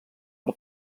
per